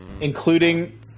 Including